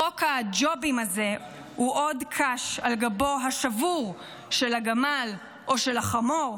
חוק הג'ובים הזה הוא עוד קש על גבו השבור של הגמל או של החמור.